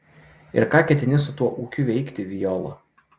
ir ką ketini su tuo ūkiu veikti viola